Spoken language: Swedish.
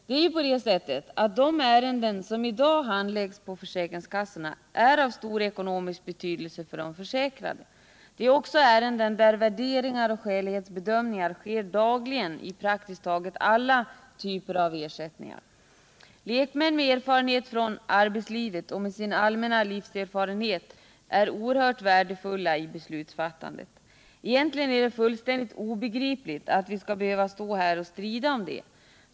Det är ju på det sättet att de ärenden som i dag handläggs på försäkringskassorna är av stor ekonomisk betydelse för de försäkrade. Det är också ärenden där värderingar och skälighetsbedömningar görs dagligen i praktiskt taget alla typer av ersättningar. Lekmän med erfarenhet från arbetslivet och med sin allmänna livserfarenhet är oerhört värdefulla vid beslutsfattandet. Egentligen är det fullständigt obegripligt att vi skall behöva stå här och strida om detta.